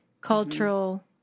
cultural